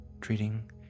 treating